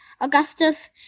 Augustus